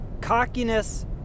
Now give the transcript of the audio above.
Cockiness